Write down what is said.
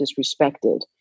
disrespected